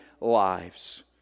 lives